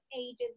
ages